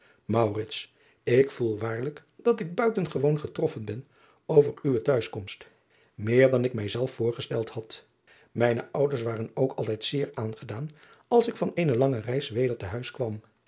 k voel waarlijk dat ik buitengewoon getroffen ben over uwe t huis komst meer dan ik mij zelf voorgesteld had ijne ouders waren ook altijd zeer aangedaan als ik van eene lange reis weder